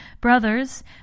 Brothers